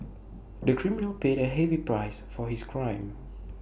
the criminal paid A heavy price for his crime